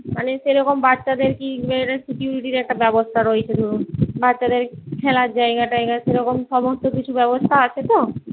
মানে সেরকম বাচ্চাদের কি মেয়েদের ছুটির ব্যবস্থা রয়েছিল বাচ্চাদের খেলার জায়গা টায়গা সেরকম সমস্ত কিছু ব্যবস্থা আছে তো